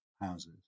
houses